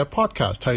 Podcast